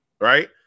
right